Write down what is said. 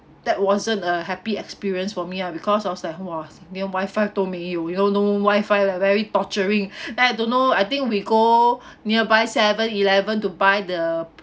that wasn't a happy experience for me ah because I was like !wah! 连 wifi 都没有 you know no wifi leh very torturing then I don't know I think we go nearby seven eleven to buy the